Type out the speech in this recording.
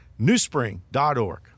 newspring.org